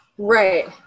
Right